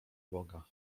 boga